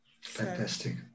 Fantastic